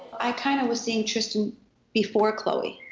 i kind of was seeing tristan before khloe,